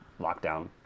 lockdown